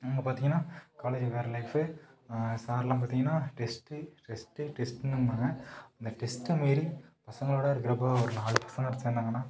அங்கே பார்த்தீங்கன்னா காலேஜு வேற லைஃபு சார்லாம் பார்த்தீங்கன்னா டெஸ்ட்டு டெஸ்ட்டு டெஸ்ட்டுன்னும்பாங்க அந்த டெஸ்ட்டை மீறி பசங்களோடு இருக்கிறப்போ ஒரு நாலு பசங்கள் சேர்ந்தாங்கன்னா